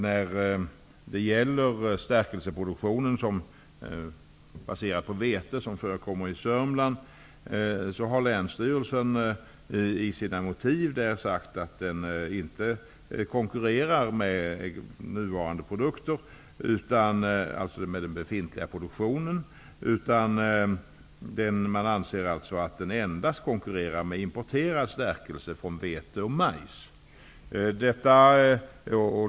När det gäller den stärkelseproduktion som förekommer i Sörmland, som är baserad på vete, har jag noterat att länsstyrelsen i sina motiveringar har sagt att den inte konkurrerar med den befintliga produktionen. Man anser att den endast konkurrerar med importerad stärkelse från vete och majs.